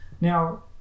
Now